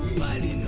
lady.